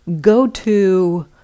go-to